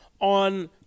on